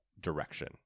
direction